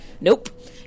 Nope